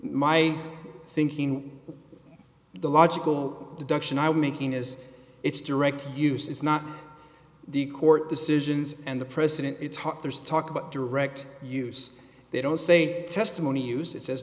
my thinking the logical deduction i was making is it's direct use is not the court decisions and the precedent it's hot there's talk about direct use they don't say testimony use it